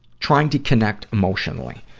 trying to connect emotionally.